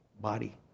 body